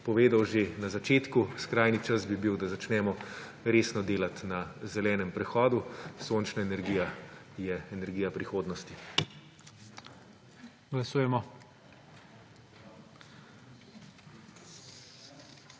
povedal že na začetku, skrajni čas bi bil, da začnemo resno delati na zelenem prehodu; sončna energija je energija prihodnosti.